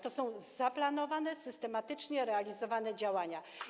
To są zaplanowane, systematycznie realizowane działania.